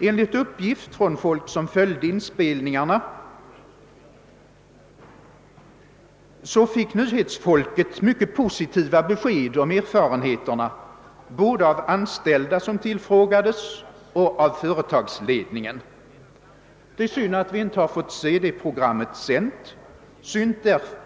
Enligt uppgifter från folk som följde inspelningarna fick nyhetsfolket mycket positiva besked om erfarenheterna både av anställda som tillfrågades och av företagsledningen. Det är synd att vi inte har fått se det programmet sänt —